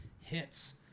hits